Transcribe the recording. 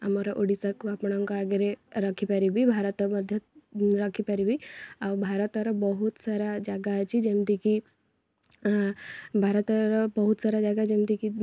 ଆମର ଓଡ଼ିଶାକୁ ଆପଣଙ୍କ ଆଗରେ ରଖିପାରିବି ଭାରତ ମଧ୍ୟ ରଖିପାରିବି ଆଉ ଭାରତର ବହୁତ ସାରା ଜାଗା ଅଛି ଯେମିତି କି ଭାରତର ବହୁତ ସାରା ଜାଗା ଯେମିତି କି